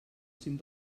cim